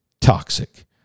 toxic